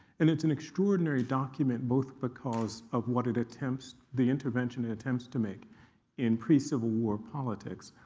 and it's an extraordinary document, both because of what it attempts the intervention it attempts to make in pre-civil war politics,